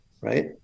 right